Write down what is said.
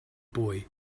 boy